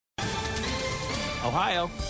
ohio